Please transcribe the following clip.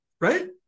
right